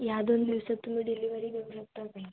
या दोन दिवसात तुम्ही डिलीवरी देऊ शकता का